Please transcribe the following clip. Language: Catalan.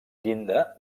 llinda